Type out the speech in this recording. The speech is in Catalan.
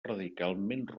radicalment